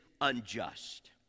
unjust